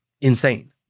Insane